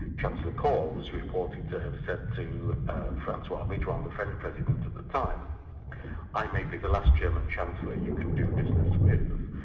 chancellor kohl was reported to have said to francois mitterand, the french president at the time i may be the last german chancellor you can do business with,